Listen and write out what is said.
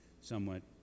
somewhat